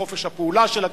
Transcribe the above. חופש הפעולה של הכנסת,